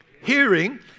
Hearing